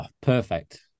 perfect